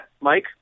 Mike